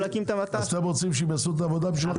להקים- -- אתם רוצים שהם יעשו את העבודה בשבילכם?